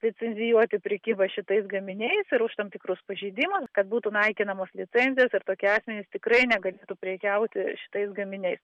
licencijuoti prekybą šitais gaminiais ir už tam tikrus pažeidimus kad būtų naikinamos licencijos ir tokie asmenys tikrai negalėtų prekiauti šitais gaminiais